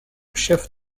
chef